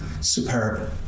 superb